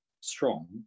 strong